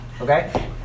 Okay